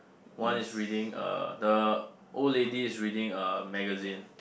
one is reading uh the old lady is reading a magazine